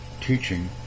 teaching